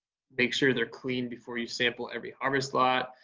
make sure they're clean before you sample every harvest lot.